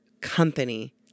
company